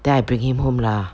then I bring him home lah